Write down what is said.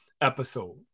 episode